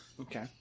Okay